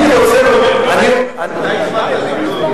אתה הצבעת נגדו.